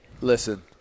listen